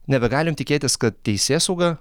nebegalim tikėtis kad teisėsauga